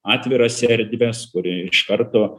atviras erdves kur iš karto